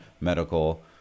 medical